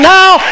now